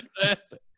fantastic